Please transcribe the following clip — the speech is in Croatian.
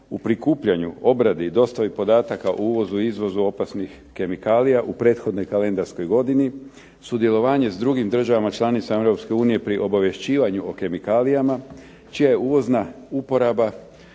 u prikupljanju, obradi i dostavi podataka o uvozu i izvozu opasnih kemikalija u prethodnoj kalendarskoj godini, sudjelovanje sa drugim državama članicama Europske unije pri obavješćivanju o kemikalijama čija je uvozna uporaba